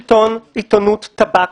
שלטון, עיתונות, טבק.